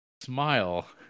Smile